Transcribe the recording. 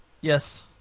Yes